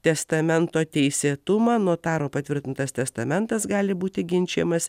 testamento teisėtumą notaro patvirtintas testamentas gali būti ginčijamas